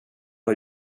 har